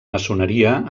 maçoneria